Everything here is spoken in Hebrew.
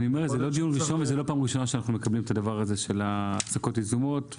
זה לא דיון ראשון וזאת לא פעם ראשונה שאנחנו דנים בהפסקות יזומות.